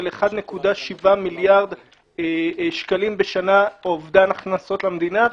1.7 מיליארד שקלים בשנה אובדן הכנסות למדינה,